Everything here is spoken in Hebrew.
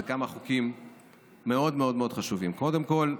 כמה חוקים מאוד מאוד מאוד חשובים: קודם כול,